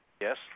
Yes